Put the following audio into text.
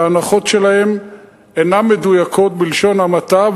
שההנחות שלהם אינן מדויקות בלשון המעטה,